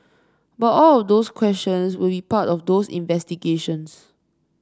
but all of those questions will be part of those investigations